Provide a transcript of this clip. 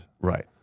Right